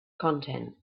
content